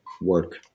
work